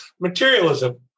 materialism